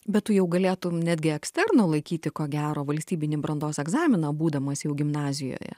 bet tu jau galėtum netgi eksternu laikyti ko gero valstybinį brandos egzaminą būdamas jau gimnazijoje